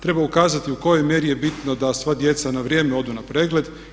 Treba ukazati u kojoj mjeri je bitno da sva djeca na vrijeme odu na pregled.